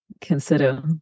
consider